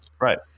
right